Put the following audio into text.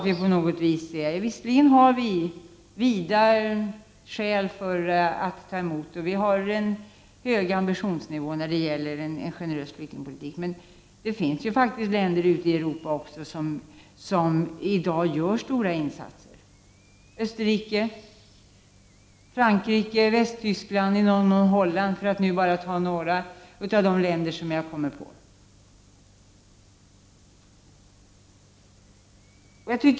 Vi har visserligen starka skäl och en hög ambitionsnivå för att driva en generös flyktingpolitik, men det finns faktiskt länder också ute i Europa som i dag också gör stora insatser: Österrike, Frankrike, Västtyskland, i någon mån Holland, för att bara nämna några av de länder som jag kommer på.